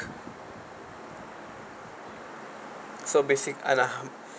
so basic I'm